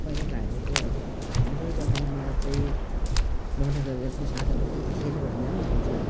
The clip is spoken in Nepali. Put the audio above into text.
पहिला त हामी तो अब हाम्रो जमानामा चाहिँ मनोरञ्जनको साधन केही थिएन भन्दा पनि हुन्छ